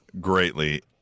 greatly